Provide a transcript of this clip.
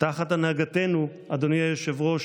תחת הנהגתנו, אדוני היושב-ראש,